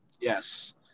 Yes